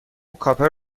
کاپر